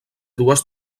dues